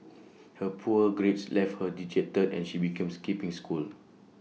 her poor grades left her dejected and she began skipping school